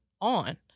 on